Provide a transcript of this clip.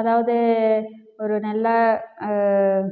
அதாவது ஒரு நல்ல